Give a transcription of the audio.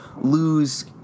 lose